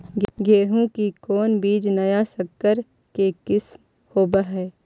गेहू की कोन बीज नया सकर के किस्म होब हय?